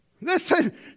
Listen